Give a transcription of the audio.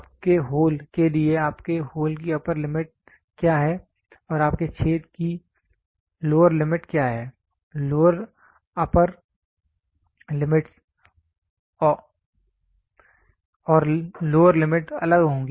आपके होल के लिए आपके होल की अप्पर लिमिट क्या है और आपके छेद की लोअर लिमिट क्या है लोअर अप्पर लिमिट और लोअर लिमिट अलग होगी